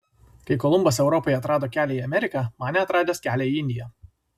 kai kolumbas europai atrado kelią į ameriką manė atradęs kelią į indiją